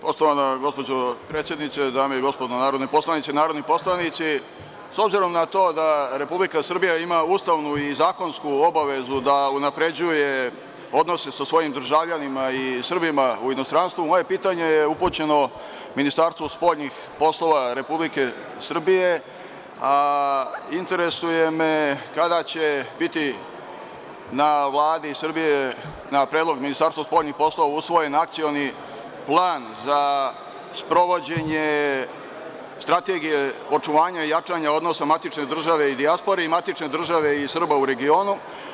Poštovana gospođo predsednice, dame i gospodo narodni poslanici, s obzirom na to da Republika Srbija ima ustavnu i zakonsku obavezu da unapređuje odnose sa svojim državljanima i Srbima u inostranstvu, moje pitanje je upućeno Ministarstvu spoljnih poslova RS, a interesuje me kada će biti na Vladi Srbije, na predlog Ministarstva spoljnih poslova, usvojen akcioni plan za sprovođenje strategije očuvanja i jačanja odnosa matične države i dijaspore i matične države i Srba u regionu?